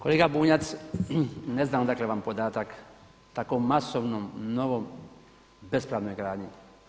Kolega Bunjac, ne znam odakle vam podatak tako masovnom, novom, bespravnoj gradnji.